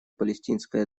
палестинской